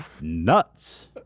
nuts